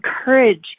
encourage